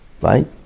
Right